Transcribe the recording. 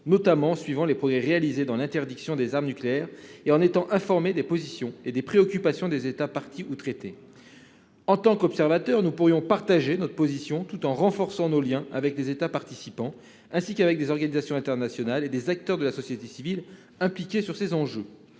notamment en suivant les progrès réalisés dans l'interdiction des armes nucléaires et en étant informés des positions et des préoccupations des États parties. En tant qu'observateur, nous pourrions partager notre position tout en renforçant nos liens avec les États participants ainsi qu'avec des organisations internationales et avec des acteurs de la société civile impliqués sur ces enjeux.